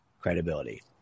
credibility